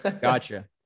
gotcha